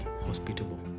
hospitable